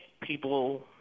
people